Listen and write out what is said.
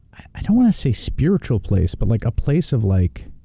i don't want to say spiritual place, but like a place of like